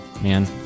Man